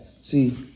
see